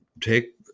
take